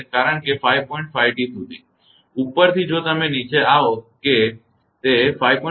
5 T સુધી ઉપર થી જો તમે નીચે આવો કે તે 5